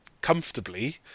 comfortably